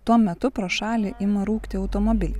tuo metu pro šalį ima rūkti automobiliai